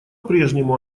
прежнему